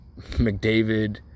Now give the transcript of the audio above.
McDavid